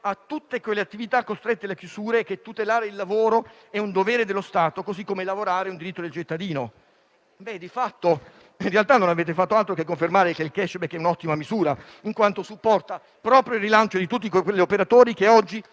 tutte quelle attività costrette alle chiusure, in quanto tutelare il lavoro è un dovere dello Stato, così come lavorare è un diritto del cittadino. In realtà, non avete fatto altro che confermare che il *cashback* è un'ottima misura, in quanto supporta proprio il rilancio di tutti quegli operatori che oggi,